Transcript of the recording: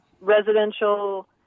residential